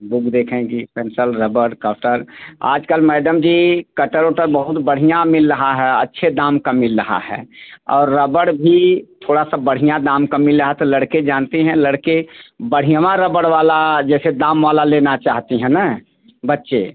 book देखेंगी pencil रबड़ cutter आज कल मैडम जी कटर ओटर बहुत बढ़िया मिल रहा है अच्छे दाम का मिल रहा है और रबड़ भी थोड़ा सा बढ़िया दाम का मिल रहा है तो लड़के जानती हैं लड़के बढ़िया रबड़ वाला जैसे दाम वाला लेना चाहती हैं न बच्चे